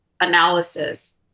analysis